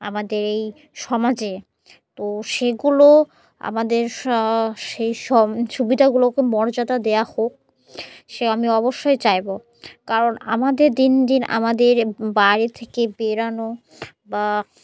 আমাদের এই সমাজে তো সেগুলো আমাদের সেই সব সুবিধাগুলোকে মর্যাদা দেওয়া হোক সে আমি অবশ্যই চাইব কারণ আমাদের দিন দিন আমাদের বাড়ি থেকে থেকে বেরানো বা